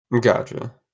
Gotcha